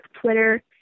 Twitter